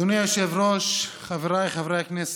אדוני היושב-ראש, חבריי חברי הכנסת,